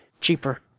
cheaper